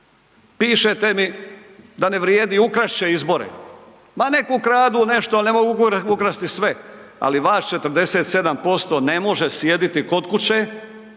Pišete mi da ne vrijedi, ukrast će izbore. Ma nek ukradu nešto, ali ne mogu ukrasti sve, ali vas 47% ne može sjediti kod kuće